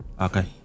Okay